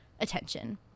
attention